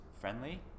friendly